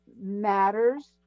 matters